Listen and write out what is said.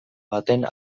baten